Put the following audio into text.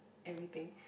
everything